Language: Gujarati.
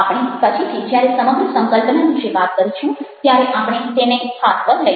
આપણે પછીથી જ્યારે સમગ્ર સંકલ્પના વિશે વાત કરીશું ત્યારે આપણે તેને હાથ પર લઈશું